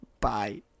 Bye